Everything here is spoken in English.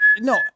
no